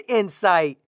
insight